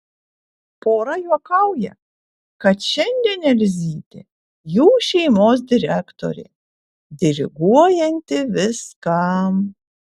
pora juokauja kad šiandien elzytė jų šeimos direktorė diriguojanti viskam